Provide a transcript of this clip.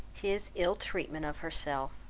his ill-treatment of herself